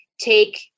Take